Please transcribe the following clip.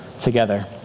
together